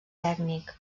tècnic